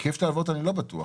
ההיקף של הלוואות אני לא בטוח.